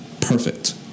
Perfect